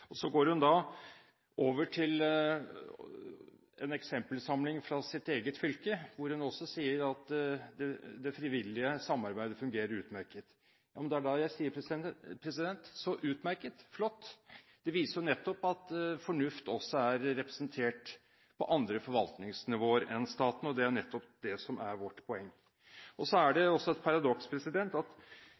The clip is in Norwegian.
selvstyret. Så går hun over til en eksempelsamling fra sitt eget fylke, hvor hun også sier at det frivillige samarbeidet fungerer utmerket. Ja, men det er da jeg sier: Så utmerket – flott! Det viser jo at fornuft også er representert på andre forvaltningsnivåer enn staten, og det er nettopp det som er vårt poeng. Så er det også et paradoks at